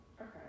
okay